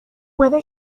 puede